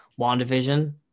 WandaVision